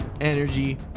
energy